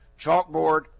chalkboard